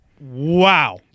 Wow